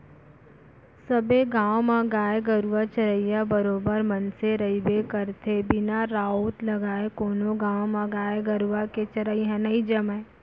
सबे गाँव म गाय गरुवा चरइया बरोबर मनसे रहिबे करथे बिना राउत लगाय कोनो गाँव म गाय गरुवा के चरई ह नई जमय